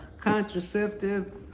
contraceptive